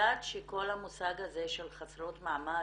יודעת שכל המושג הזה של חסרות מעמד